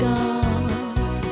God